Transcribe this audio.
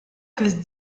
cause